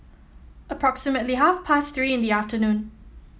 approximately half past Three in the afternoon